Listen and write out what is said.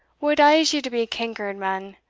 what ails ye to be cankered, man,